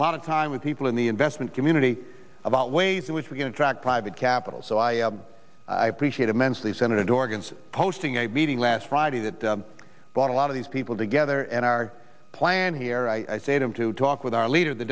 a lot of time with people in the investment community about ways in which we can track private capital so i i appreciate immensely senator dorgan posting a meeting last friday that bought a lot of these people together and our plan here i say to him to talk with our leader the